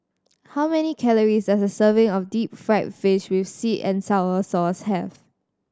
how many calories does a serving of deep fried fish with sweet and sour sauce have